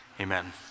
amen